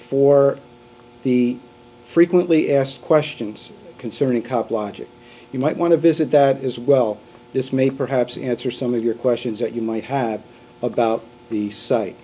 for the frequently asked questions concerning cop logic you might want to visit that as well this may perhaps answer some of your questions that you might have about the site